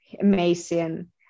Amazing